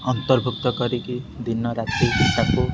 ଅନ୍ତର୍ଭୁକ୍ତ କରିକି ଦିନରାତି ତାକୁ